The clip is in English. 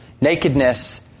Nakedness